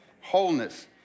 Wholeness